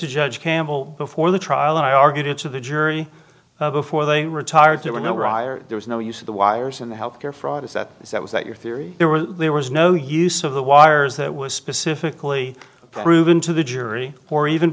to judge campbell before the trial and i argued it to the jury before they retired there were no priors there was no use of the wires in the health care fraud is that is that was that your theory there was there was no use of the wires that was specifically proven to the jury or even